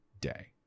day